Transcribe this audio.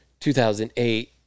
2008